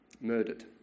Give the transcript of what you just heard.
murdered